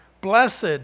blessed